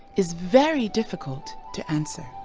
is very difficult to answer.